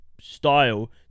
style